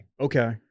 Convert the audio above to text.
Okay